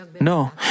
No